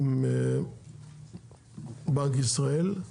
עם בנק ישראל,